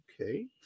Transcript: Okay